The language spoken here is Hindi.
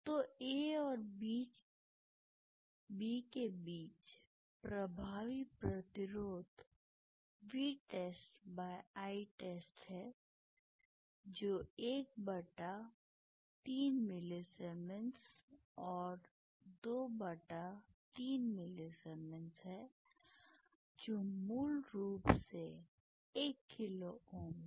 तो A और B के बीच प्रभावी प्रतिरोध VtestItest है जो ⅓ मिलीसीमेंस23 मिलीसीमेंस है जो मूल रूप से 1 किलो Ω है